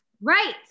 Right